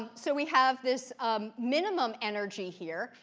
ah so we have this minimum energy here,